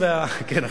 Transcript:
כן,